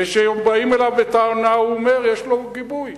וכשבאים אליו בטענה הוא אומר, יש לו גיבוי,